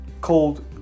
called